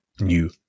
new